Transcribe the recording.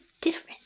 different